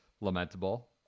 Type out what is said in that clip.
lamentable